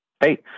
hey